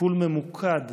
טיפול ממוקד,